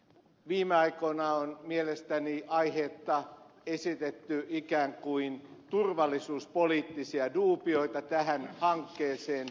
viime aikoina on mielestäni aiheetta esitetty ikään kuin turvallisuuspoliittisia dubioita tämän hankkeen suhteen